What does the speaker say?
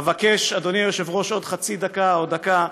אבקש, אדוני היושב-ראש, עוד חצי דקה או דקה,